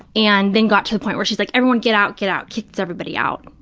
and then got to the point where she's like, everyone, get out, get out, kicks everybody out.